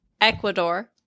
Ecuador